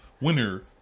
Winner